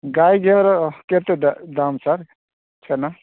ଗାଈ ଘିଅର କେତେ ଦାମ୍ ସାର୍ ଛେନା